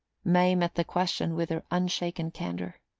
may met the question with her unshaken candour.